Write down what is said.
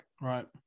Right